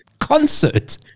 concert